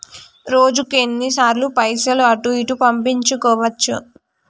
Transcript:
రోజుకు ఎన్ని సార్లు పైసలు అటూ ఇటూ పంపించుకోవచ్చు?